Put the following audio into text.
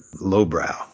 lowbrow